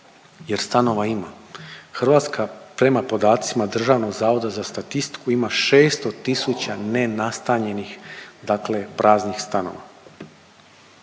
jer stanova ima. Hrvatska prema podacima DZS-a ima 600 tisuća nenastanjenih, dakle praznih stanova.